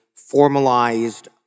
formalized